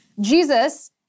Jesus